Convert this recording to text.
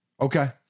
Okay